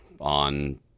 on